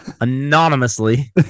Anonymously